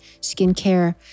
skincare